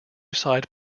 side